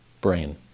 brain